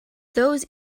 those